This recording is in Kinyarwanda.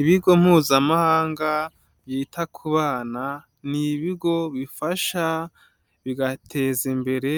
Ibigo Mpuzamahanga byita ku bana ni ibigo bifasha, bigateza imbere,